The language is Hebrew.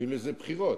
קוראים לזה בחירות.